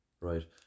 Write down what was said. Right